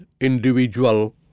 individual